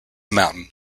mountain